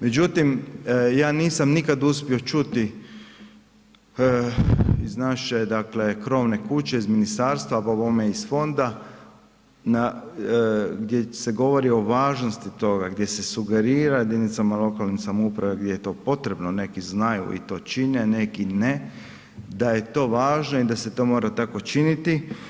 Međutim, ja nisam nikad uspio čuti iz naše krovne kuće, iz ministarstva pa bome i iz fonda gdje se govori o važnosti toga, gdje se sugerira jedinicama lokalne samouprave gdje je to potrebno, neki znaju i to čine, neki ne, da je to važno i da to mora tako činiti.